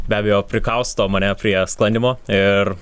be abejo prikausto mane prie sklandymo ir